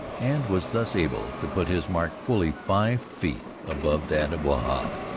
and was thus able to put his mark fully five feet above that of wahb.